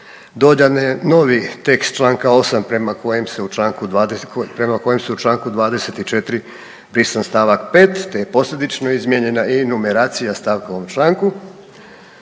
Dodan je novi tekst čl. 8 prema kojem se u čl. 24 brisan st. 5 te je posljedično izmijenjena i numeracija stavka u ovom članku.